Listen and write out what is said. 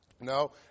No